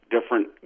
different